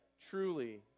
Truly